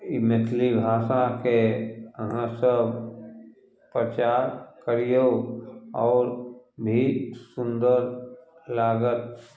ई मैथिली भाषाके अहाँ सभ प्रचार करियौ आओर भी सुन्दर लागत